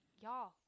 y'all